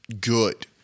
good